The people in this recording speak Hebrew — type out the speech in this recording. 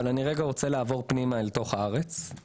אני רוצה לעבור פנימה אל תוך הארץ.